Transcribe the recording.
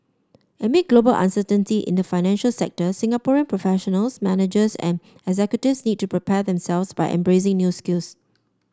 amid global uncertainty in the financial sector Singaporean professionals managers and executives need to prepare themselves by embracing new skills